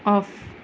off